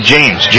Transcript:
James